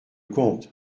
conte